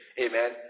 Amen